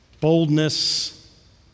Boldness